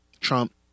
Trump